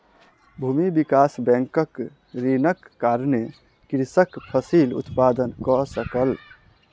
भूमि विकास बैंकक ऋणक कारणेँ कृषक फसिल उत्पादन कय सकल